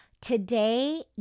Today